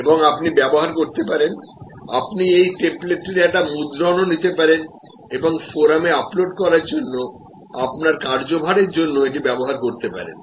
এবং আপনি ব্যবহার করতে পারেন আপনি এই টেম্পলেটটির একটি মুদ্রণ নিতে পারেন এবং ফোরামে আপলোড করার জন্য আপনার কার্যভারের জন্য এটি ব্যবহার করতে পারেন